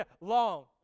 Long